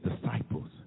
disciples